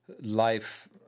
life